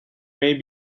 may